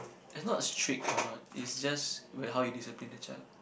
is not strict or not is just where how you discipline the child